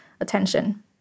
attention